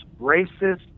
racist